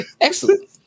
Excellent